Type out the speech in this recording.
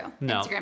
No